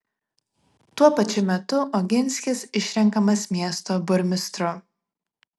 tuo pačiu metu oginskis išrenkamas miesto burmistru